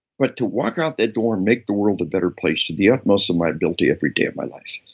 but to walk out the door and make the world a better place to the utmost of my ability every day of my life.